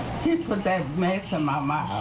was that makes i'm i'm i